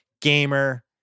gamer